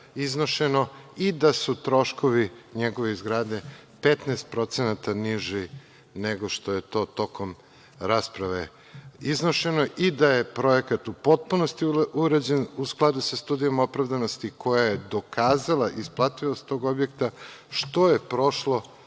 iznošeno i da su troškovi njegove izgradnje 15% niži nego što je to tokom rasprave iznošeno i da je projekat u potpunosti urađen u skladu sa studijama opravdanosti koje su dokazale isplativost tog objekta što je prošlo